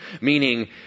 Meaning